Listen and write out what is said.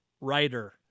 writer